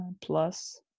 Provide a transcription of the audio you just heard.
plus